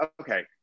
okay